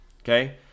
okay